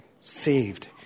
saved